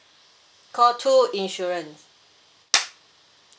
call two insurance